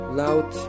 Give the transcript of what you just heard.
loud